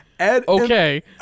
okay